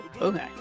okay